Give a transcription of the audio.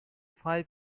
five